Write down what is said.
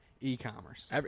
e-commerce